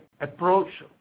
approach